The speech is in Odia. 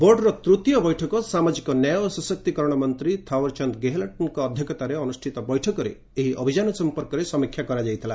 ବୋର୍ଡ଼ ତୃତୀୟ ବୈଠକ ସାମାଜିକ ନ୍ୟାୟ ଓ ସଶକ୍ତିକରଣ ମନ୍ତ୍ରୀ ଥାଓ୍ୱରଚାନ୍ଦ ଗେହଲଟ୍ଙ୍କ ଅଧ୍ୟକ୍ଷତାରେ ଅନୁଷ୍ଠିତ ବୈଠକରେ ଏହି ଅଭିଯାନ ସମ୍ପର୍କରେ ସମୀକ୍ଷା କରାଯାଇଥିଲା